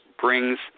brings